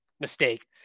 mistake